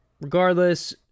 regardless